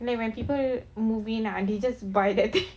then when people moving ah they just buy that thing